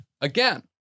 again